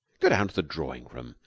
go down to the drawing-room.